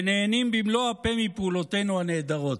ונהנים במלוא הפה מפעולותינו הנהדרות".